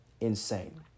Insane